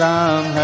Ram